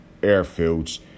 airfields